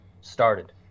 started